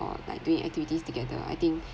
or like doing activities together I think